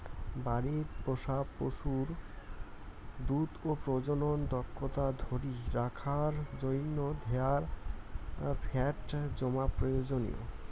বাড়িত পোষা পশুর দুধ ও প্রজনন দক্ষতা ধরি রাখার জইন্যে দেহার ফ্যাট জমা প্রয়োজনীয়